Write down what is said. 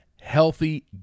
healthy